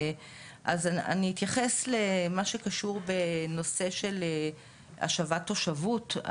אני אתייחס למה שקשור בנושא של השבת תושבות.